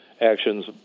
actions